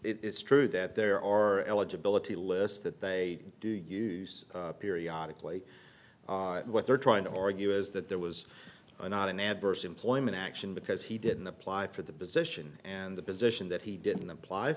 mean it's true that there are eligibility lists that they do periodically and what they're trying to argue is that there was not an adverse employment action because he didn't apply for the position and the position that he didn't apply